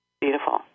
beautiful